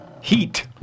Heat